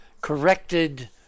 corrected